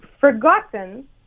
forgotten